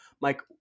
Mike